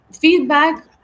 feedback